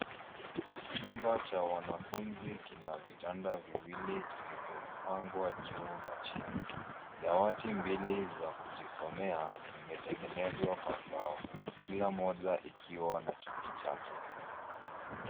Chumba cha wanafunzi kina vitanda viwili vilivyopangwa juu na chini. Dawati mbili za kujisomea zimetengenezwa kwa mbao. Kila mmoja ikiwa na kiti chake.